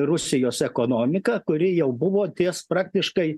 rusijos ekonomiką kuri jau buvo ties praktiškai